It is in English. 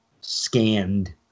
scanned